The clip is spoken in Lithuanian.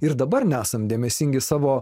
ir dabar nesam dėmesingi savo